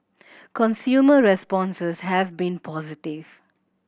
consumer responses have been positive